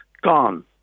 Gone